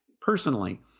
personally